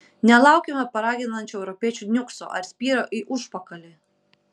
nelaukime paraginančio europiečių niukso ar spyrio į užpakalį